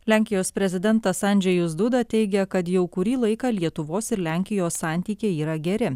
lenkijos prezidentas andžejus duda teigia kad jau kurį laiką lietuvos ir lenkijos santykiai yra geri